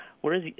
Whereas